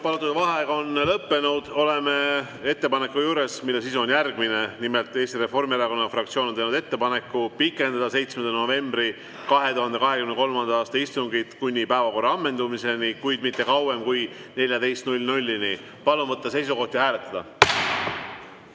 palutud vaheaeg on lõppenud. Oleme ettepaneku juures, mille sisu on järgmine. Nimelt, Eesti Reformierakonna fraktsioon on teinud ettepaneku pikendada 7. novembri 2023. aasta istungit kuni päevakorra ammendumiseni, kuid mitte kauem kui kella 14‑ni. Palun võtta seisukoht ja hääletada!